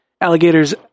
alligators